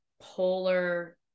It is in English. polar